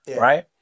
right